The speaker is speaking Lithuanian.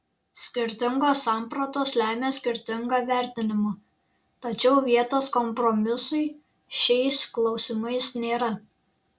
skirtingos sampratos lemia skirtingą vertinimą tačiau vietos kompromisui šiais klausimais nėra